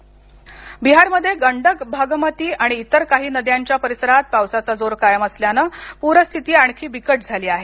बिहार पर बिहारमध्ये गंडक भागमती आणि इतर काही नद्यांच्या परिसरात पावसाचा जोर कायम असल्यानं पूरस्थिती आणखी बिकट झाली आहे